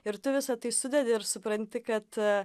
ir tu visa tai sudedi ir supranti kad